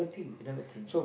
they never think